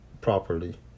properly